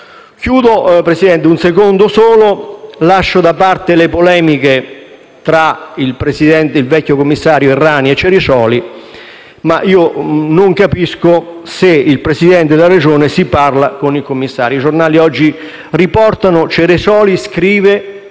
Signora Presidente, concludo. Lascio da parte le polemiche tra il vecchio commissario Errani e Ceriscioli, ma non capisco se il Presidente della Regione parla o no con i commissari. I giornali di oggi riportano: «Ceriscioli scrive